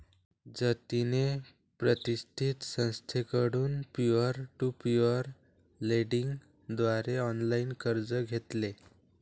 जतिनने प्रतिष्ठित संस्थेकडून पीअर टू पीअर लेंडिंग द्वारे ऑनलाइन कर्ज घेतले